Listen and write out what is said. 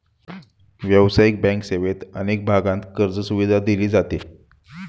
व्यावसायिक बँक सेवेत अनेक भागांत कर्जसुविधा दिली जाते